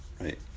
Right